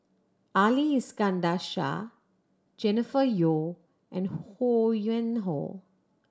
Ali Iskandar Shah Jennifer Yeo and Ho Yuen Hoe